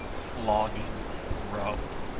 flogging row.